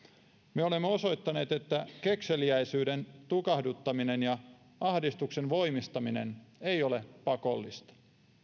me olemme osoittaneet että kekseliäisyyden tukahduttaminen ja ahdistuksen voimistaminen ei ole pakollista